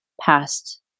Past